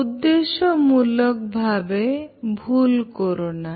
উদ্দেশ্যমূলকভাবে ভুল করোনা